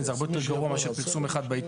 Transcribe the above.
זה הרבה יותר גרוע מפרסום אחד בעיתון,